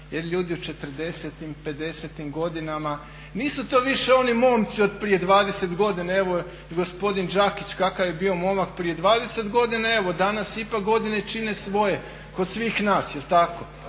četrdesetim, pedesetim godinama nisu to više oni momci od prije 20 godina. Evo i gospodin Đakić kakav je bio momak prije 20 godina, evo danas ipak godine čine svoje kod svih nas.